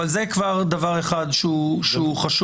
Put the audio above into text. אבל זה כבר דבר אחד שהוא חשוב,